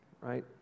right